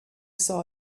saw